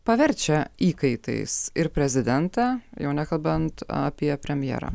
paverčia įkaitais ir prezidentą jau nekalbant apie premjerą